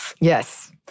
Yes